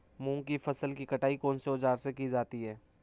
मूंग की फसल की कटाई कौनसे औज़ार से की जाती है?